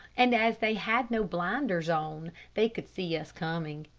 and as they had no blinders on, they could see us coming.